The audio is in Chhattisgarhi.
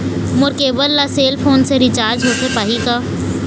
मोर केबल ला सेल फोन से रिचार्ज होथे पाही का?